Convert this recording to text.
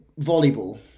volleyball